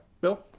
bill